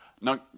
No